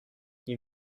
you